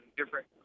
different